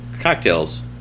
cocktails